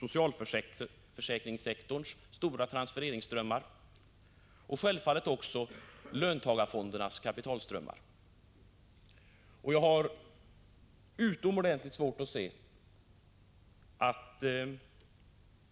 Det gäller också socialförsäkringssektorns stora transfereringsströmmar och självfallet även löntagarfondernas kapitalströmmar. Jag har utomordentligt svårt att se att